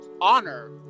honor